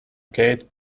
gate